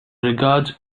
regards